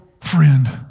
friend